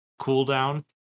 cooldown